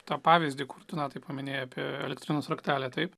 tą pavyzdį kur tu matai pameni apie elektrinius raktelį taip